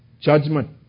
judgment